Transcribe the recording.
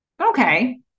okay